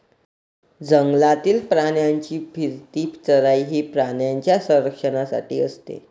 जंगलातील प्राण्यांची फिरती चराई ही प्राण्यांच्या संरक्षणासाठी असते